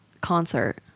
concert